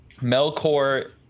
melkor